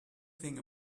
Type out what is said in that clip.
thing